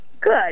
Good